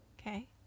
Okay